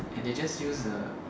and they just use a